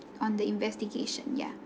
on the investigation yeah